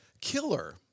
killer